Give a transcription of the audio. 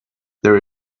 there